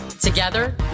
Together